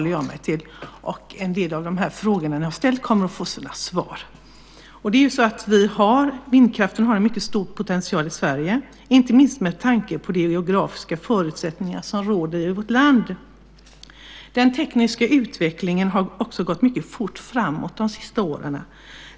En del av de frågor ni ställt kommer att få svar. Vindkraften har en mycket stor potential i Sverige, inte minst med tanke på de geografiska förutsättningar som råder i vårt land. Den tekniska utvecklingen har de senaste åren gått mycket fort framåt.